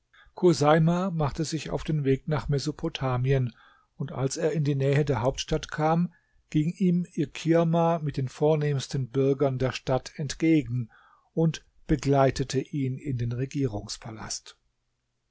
chuseima machte sich auf den weg nach mesopotamien und als er in die nähe der hauptstadt kam ging ihm ikirma mit den vornehmsten bürgern der stadt entgegen und begleitete ihn in den